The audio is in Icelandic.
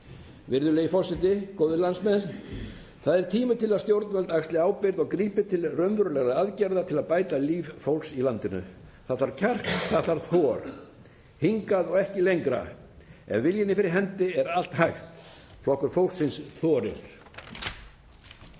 Virðulegi forseti. Góðir landsmenn. Það er kominn tími til að stjórnvöld axli ábyrgð og grípi til raunverulegra aðgerða til að bæta líf fólks í landinu. Það þarf kjark, það þarf þol. Hingað og ekki lengra. Ef viljinn er fyrir hendi er allt hægt. Flokkur fólksins þorir.